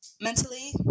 mentally